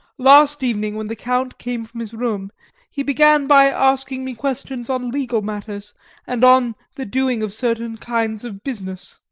last evening when the count came from his room he began by asking me questions on legal matters and on the doing of certain kinds of business.